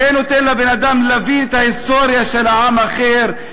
זה נותן לבן-אדם להבין את ההיסטוריה של עם אחר,